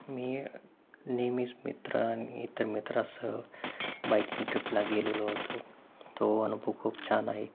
मी नेहमीच मित्र आणि इतर मित्रासह बाइकिंग ट्रिपला गेलेलो होतो तो अनुभव खूप छान आहे